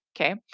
Okay